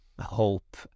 hope